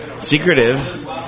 secretive